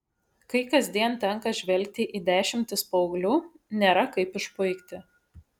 kai kasdien tenka žvelgti į dešimtis paauglių nėra kaip išpuikti